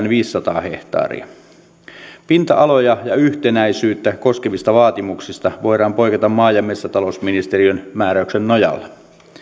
viisisataa hehtaaria pinta aloja ja yhtenäisyyttä koskevista vaatimuksista voidaan poiketa maa ja metsätalousministeriön määräyksen nojalla